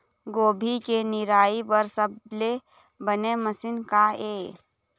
गोभी के निराई बर सबले बने मशीन का ये?